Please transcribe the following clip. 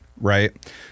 Right